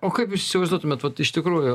o kaip jūs įsivaizduotumėt vat iš tikrųjų